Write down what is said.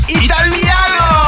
italiano